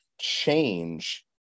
change